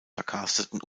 verkarsteten